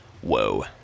Whoa